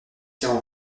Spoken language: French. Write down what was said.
tient